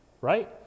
right